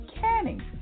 canning